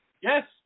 Yes